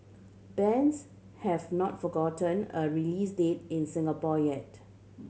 bends have not forgotten a release date in Singapore yet